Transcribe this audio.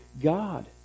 God